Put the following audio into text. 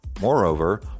Moreover